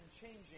changing